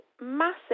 massive